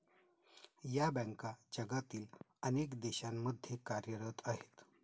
या बँका जगातील अनेक देशांमध्ये कार्यरत आहेत